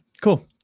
Cool